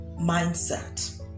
mindset